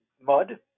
mud